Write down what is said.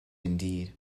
indeed